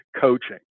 coaching